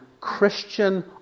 Christian